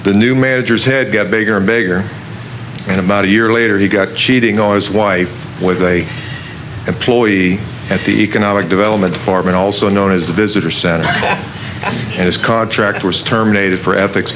the new managers had got bigger and bigger and about a year later he got cheating on his wife with a employee at the economic development department also known as the visitor center and his contract was terminated for ethics